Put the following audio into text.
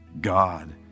God